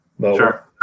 Sure